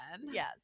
Yes